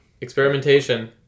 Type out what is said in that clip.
experimentation